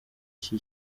iki